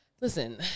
Listen